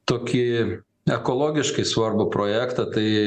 tokį ekologiškai svarbų projektą tai